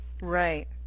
Right